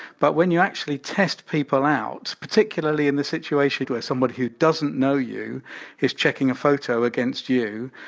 but when you actually test people out, particularly in this situation where somebody who doesn't know you is checking a photo against you,